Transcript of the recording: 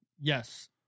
Yes